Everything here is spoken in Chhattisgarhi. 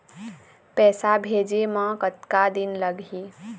पैसा भेजे मे कतका दिन लगही?